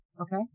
okay